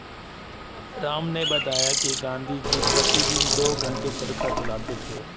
राम ने बताया कि गांधी जी प्रतिदिन दो घंटे चरखा चलाते थे